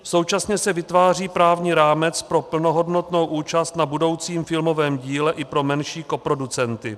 Současně se vytváří právní rámec pro plnohodnotnou účast na budoucím filmovém díle i pro menší koproducenty.